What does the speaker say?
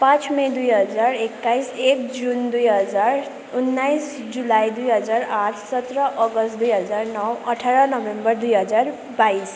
पाँच मई दुई हजार एक्काइस एक जुन दुई हजार उन्नाइस जुलाई दुई हजार आठ सत्र अगस्त दुई हजार नौ अठार नोभेम्बर दुई हजार बाइस